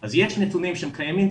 אז יש נתונים שהם קיימים,